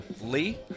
Lee